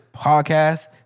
podcast